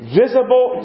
visible